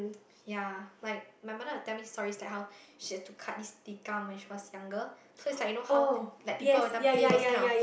ya like my mother will tell me stories like how she has to cut this tikar when she was younger so it's like you know how like people always play those kind of